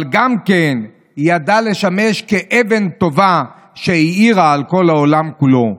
אבל גם ידע לשמש כאבן טובה שהאירה על כל העולם כולו.